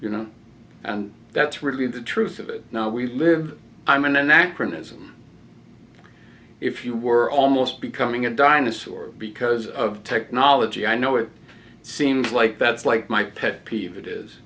you know and that's really the truth of it we live i'm an anachronism if you were almost becoming a dinosaur because of technology i know it seems like that's like my pet peeve it is